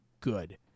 good